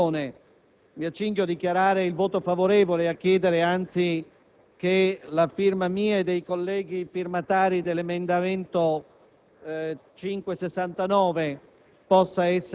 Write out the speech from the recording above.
Signor Presidente, mi accingo a dichiarare il voto favorevole ad una sola condizione, che vorrei proporre